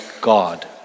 God